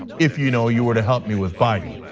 if you know you were to help me with biden.